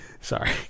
Sorry